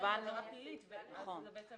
מלבד